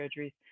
surgeries